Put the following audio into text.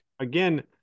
Again